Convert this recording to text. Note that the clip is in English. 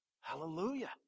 Hallelujah